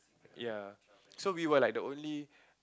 ya so we were like the only